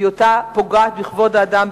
בהיותה פוגעת בכבוד האדם,